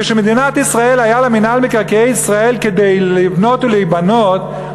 כשמדינת ישראל היה לה מינהל מקרקעי ישראל כדי לבנות ולהיבנות,